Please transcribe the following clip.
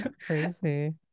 Crazy